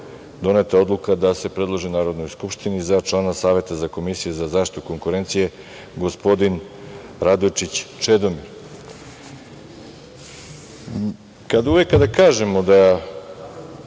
doneta je odluka da se predloži Narodnoj skupštini za člana Saveta Komisije za zaštitu konkurencije gospodin Radojičić Čedomir. Kada kažemo da